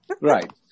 Right